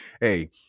Hey